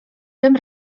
tym